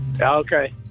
Okay